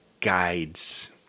guides